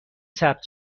ثبت